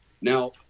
Now